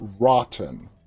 rotten